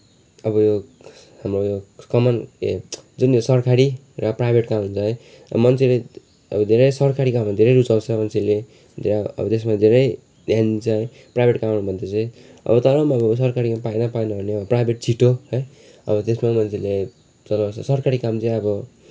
अब हाम्रो यो कमान ए जुन सरकारी र प्राइभेट काम हुन्छ है मान्छेले अब धेरै सरकारी कामहरू धेरै रुचाउँछ मान्छेले अब त्यसमा धेरै ध्यान दिन्छ है प्राइभेट कामहरू भन्दा चाहिँ अब तर पनि अब सरकारीमा पाएन पाएन भने अब प्राइभेट छिटो है अब त्यसमै मान्छेले चलाउँछ सरकारी काम चाहिँ अब